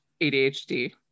ADHD